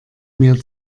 mir